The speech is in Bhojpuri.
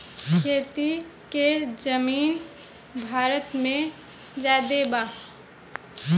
खेती के जमीन भारत मे ज्यादे बा